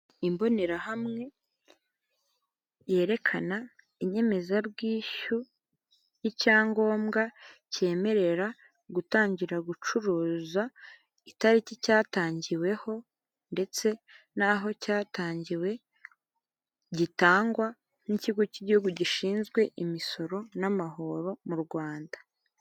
Imbonerahamwe yerekana inyemezabwishyu y'icyangombwa cyemerera gutangira gucuruza, itariki cyatangiweho ndetse n'aho cyatangiwe gitangwa n'ikigo cy igihugu gishinzwe imisoro n'amahoro mu Rwanda.